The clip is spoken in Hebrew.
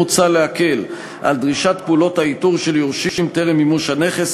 מוצע להקל על דרישת פעולות האיתור של יורשים טרם מימוש הנכס,